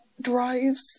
Drives